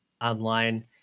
online